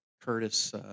Curtis